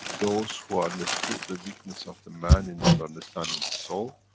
those who understood the weakness of the man, in not understanding his soul,